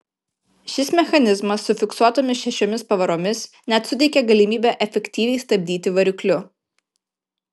šis mechanizmas su fiksuotomis šešiomis pavaromis net suteikė galimybę efektyviai stabdyti varikliu